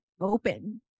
open